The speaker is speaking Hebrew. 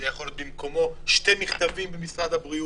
זה יכול להיות במקומו, שני מכתבים ממשרד הבריאות.